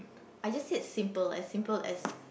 I just said simple as simple as